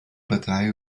partei